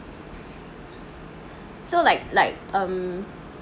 so like like um